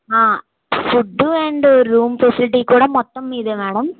food and room facility కూడా మొత్తం మీదే మేడం